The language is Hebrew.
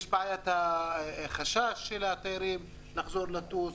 יש בעיית חשש התיירים לחזור לטוס,